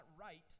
right